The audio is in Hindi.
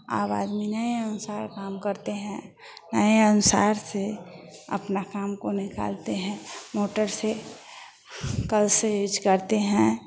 अब आदमी नए अनुसार काम करते हैं नए अनुसार से अपना काम को निकालते हैं मोटर से कल से यूज करते हैं